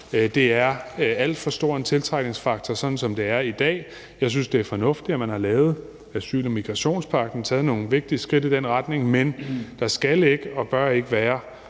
Der er alt for stor en tiltrækningsfaktor, som det er i dag. Jeg synes, det er fornuftigt, at man har lavet asyl- og migrationspagten og taget nogle vigtige skridt i den retning, men der skal og bør ikke være